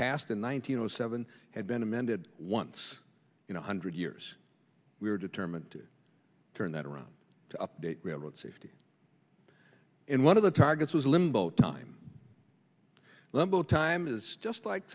passed in one thousand and seven had been amended once in a hundred years we were determined to turn that around to update railroad safety in one of the targets was a limbo time limbo time is just like